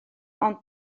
ond